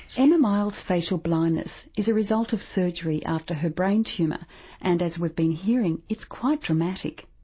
and miall's facial blindness is a result of surgery after her brain tumour and as we've been hearing, it's quite dramatic.